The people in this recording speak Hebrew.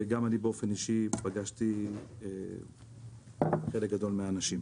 וגם אני באופן אישי פגשתי חלק גדול מהאנשים.